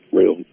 real